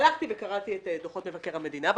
הלכתי וקראתי את דוחות מבקר המדינה בנושא,